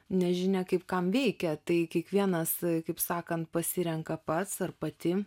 nežinia kaip kam veikia tai kiekvienas kaip sakant pasirenka pats ar pati